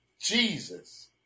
Jesus